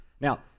Now